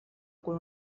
con